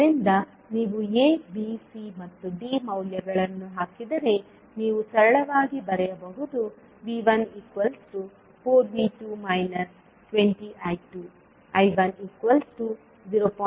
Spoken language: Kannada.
ಆದ್ದರಿಂದ ನೀವು A B C ಮತ್ತು D ಮೌಲ್ಯಗಳನ್ನು ಹಾಕಿದರೆ ನೀವು ಸರಳವಾಗಿ ಬರೆಯಬಹುದು V14V2 20I2 I10